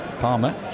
Palmer